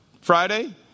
Friday